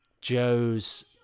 Joe's